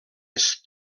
est